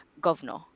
governor